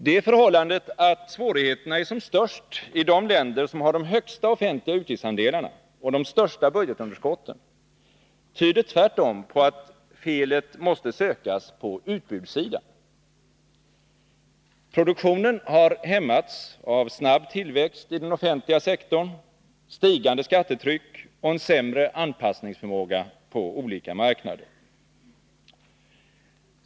Det förhållandet att svårigheterna är som störst i de länder som har de högsta offentliga utgiftsandelarna och de största budgetunderskotten tyder tvärtom på att felet måste sökas på utbudssidan. Produktionen har hämmats av snabb tillväxt i den offentliga sektorn, stigande skattetryck och en sämre anpassningsförmåga på olika marknader.